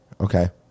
Okay